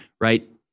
right